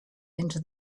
into